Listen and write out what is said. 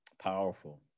powerful